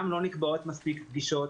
גם לא נקבעות מספיק פגישות,